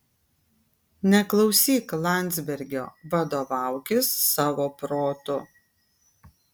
neklausyk landzbergo vadovaukis savo protu